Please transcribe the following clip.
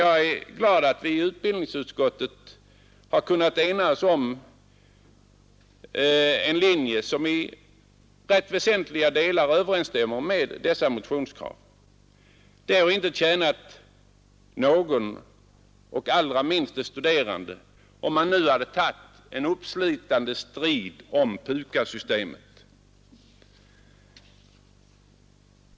Jag är glad att vi i utbildningsutskottet har kunnat enas om en linje som i väsentliga delar överensstämmer med dessa motionskrav. Det hade inte tjänat någon — och allra minst de studerande — om man nu hade tagit en uppslitande strid om PUKAS-systemet.